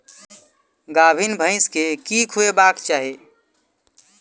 गाभीन भैंस केँ की खुएबाक चाहि?